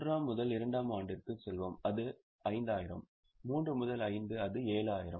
1 2 ஆண்டில் சொல்வோம் அது 5000 3 5 அது 7000 மற்றும் 6 7 இது 3000